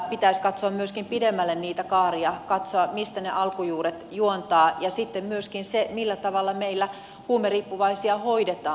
pitäisi katsoa myöskin pidemmälle niitä kaaria katsoa mistä ne alkujuuret juontavat ja sitten myöskin millä tavalla meillä huumeriippuvaisia hoidetaan